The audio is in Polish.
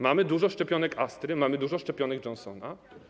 Mamy dużo szczepionek Astry, mamy dużo szczepionek Johnsona.